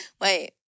Wait